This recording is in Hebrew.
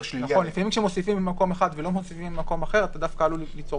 לפעמים כשמוסיפים במקום אחד ולא מוסיפים במקום אחר אתה עלול ליצור